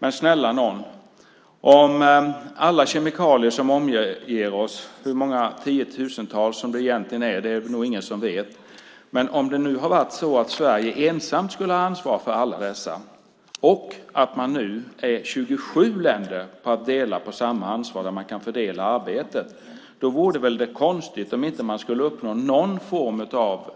Men snälla nån, om Sverige ensamt skulle ha ansvar för alla kemikalier som omger oss - hur många tiotusentals det egentligen är är det nog ingen som vet - och vi nu är 27 länder att dela på samma ansvar och kan fördela arbetet, vore det väl konstigt om man inte skulle uppnå någon form av